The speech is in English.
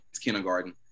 kindergarten